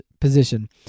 position